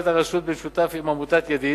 הרשות פועלת במשותף עם עמותת "ידיד",